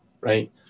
right